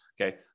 Okay